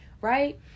right